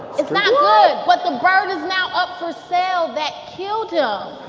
it's not good. but the bird is now up for sale that killed him.